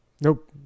Nope